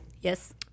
Yes